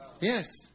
Yes